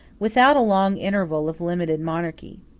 without a long interval of limited monarchy.